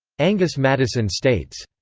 angus maddison states.